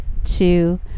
two